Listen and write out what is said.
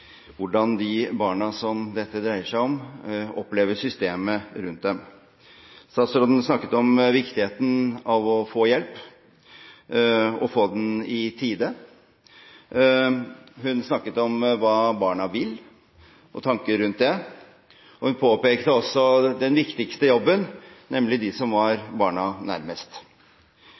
hvordan barna dette dreier seg om, opplever systemet rundt seg. Statsråden snakket om viktigheten av å få hjelp og å få den i tide. Hun snakket om hva barna vil, og tanker rundt det. Hun påpekte også den viktigste jobben, nemlig de som er barna nærmest.